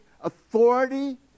authority